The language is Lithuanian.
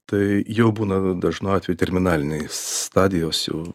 tai jau būna dažnu atveju terminaliniais stadijos jau